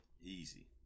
Easy